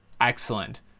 excellent